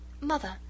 Mother